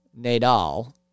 Nadal